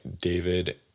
David